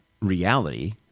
reality